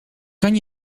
kan